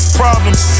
problems